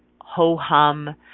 ho-hum